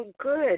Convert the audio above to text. good